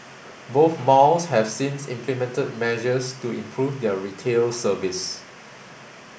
both malls have since implemented measures to improve their retail service